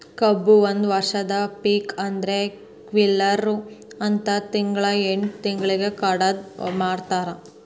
ಕಬ್ಬು ಒಂದ ವರ್ಷದ ಪಿಕ ಆದ್ರೆ ಕಿಲ್ವರು ಹತ್ತ ತಿಂಗ್ಳಾ ಎಂಟ್ ತಿಂಗ್ಳಿಗೆ ಕಡದ ಮಾರ್ತಾರ್